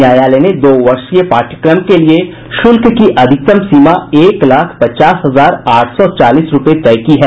न्यायालय ने दो वर्षीय पाठ्यक्रम के लिये शुल्क की अधिकतम सीमा एक लाख पचास हजार आठ सौ चालीस रूपये तय की है